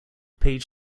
page